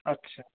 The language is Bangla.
আচ্ছা